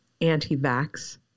anti-vax